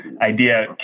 idea